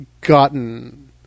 gotten